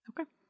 Okay